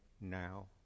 now